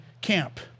camp